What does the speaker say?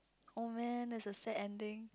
oh man that's a sad ending